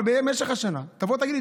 אבל במשך השנה תבוא ותגיד לי,